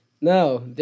No